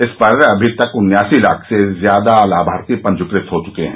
इस पर अभी तक उनासी लाख से ज्यादा लाभार्थी पंजीकृत हो चूके हैं